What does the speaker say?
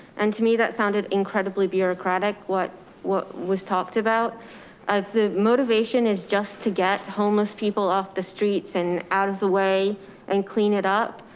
and to me, that sounded incredibly bureaucratic. what what was talked about of the motivation is just to get homeless people off the streets and out of the way and clean it up,